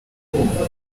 ubu